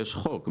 חוק.